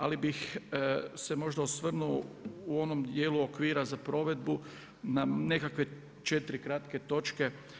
Ali bih se možda osvrnuo u onom dijelu okvira za provedbu, na nekakve 4 kratke točke.